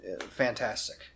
fantastic